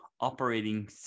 operating